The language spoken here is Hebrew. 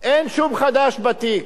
אין שום חדש בתיק,